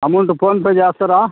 amount PhonePe చేస్తారా